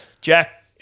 Jack